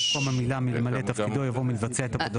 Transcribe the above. במקום המילה 'ממלא את תפקידו' יבוא 'מבצע את עבודתו נאמנה'.